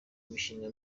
imishinga